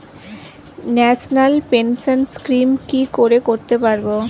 National pension scheme কি করে করতে পারব?